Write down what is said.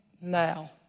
now